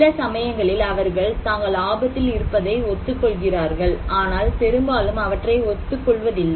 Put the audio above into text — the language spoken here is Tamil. சில சமயங்களில் அவர்கள் தாங்கள் ஆபத்தில் இருப்பதை ஒத்துக் கொள்கிறார்கள் ஆனால் பெரும்பாலும் அவற்றை ஒத்துக்கொள்வதில்லை